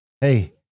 Hey